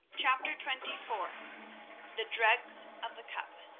chapter twenty-four the dregs of the cup